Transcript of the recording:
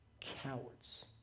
cowards